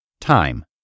Time